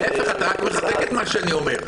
להיפך, אתה רק מחזק את מה שאני אומר.